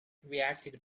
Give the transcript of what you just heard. reacted